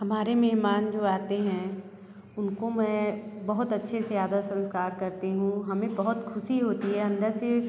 हमारे मेहमान जो आते हैं उनको मैं बहुत अच्छे से आदर संस्कार करती हूँ हमें बहुत ख़ुशी होती है अंदर से